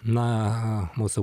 na mūsų